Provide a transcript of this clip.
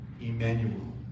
Emmanuel